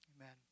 Amen